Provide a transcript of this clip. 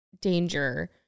danger